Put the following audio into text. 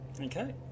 Okay